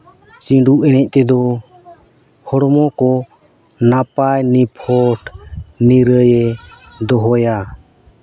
ᱪᱷᱤᱸᱰᱩ ᱮᱱᱮᱡ ᱛᱮᱫᱚ ᱦᱚᱲᱢᱚ ᱠᱚ ᱱᱟᱯᱟᱭ ᱱᱤᱯᱷᱩᱴ ᱱᱤᱨᱟᱹᱭᱮ ᱫᱚᱦᱚᱭᱟ